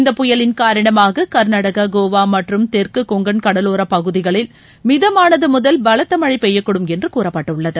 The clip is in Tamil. இந்தப் புயலின் காரணமாக கர்நாடகா கோவா மற்றும் தெற்கு கொங்கன் கடலோரப் பகுதிகளில் மிதமானது முதல் பலத்த மழைப் பெய்யக்கூடும் என்று கூறப்பட்டுள்ளது